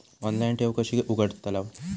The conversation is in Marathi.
ऑनलाइन ठेव कशी उघडतलाव?